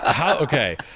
Okay